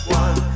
one